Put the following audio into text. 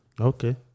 Okay